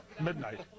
midnight